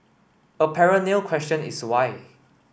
a perennial question is why